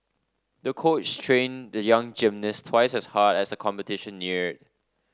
the coach trained the young gymnast twice as hard as the competition neared